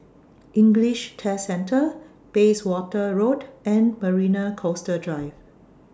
English Test Centre Bayswater Road and Marina Coastal Drive